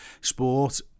sport